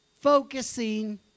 focusing